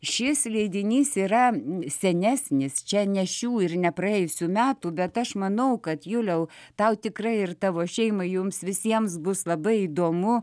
šis leidinys yra senesnis čia ne šių ir ne praėjusių metų bet aš manau kad juliau tau tikrai ir tavo šeimai jums visiems bus labai įdomu